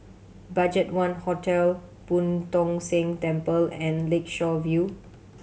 BudgetOne Hotel Boo Tong San Temple and Lakeshore View